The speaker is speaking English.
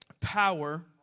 Power